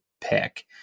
pick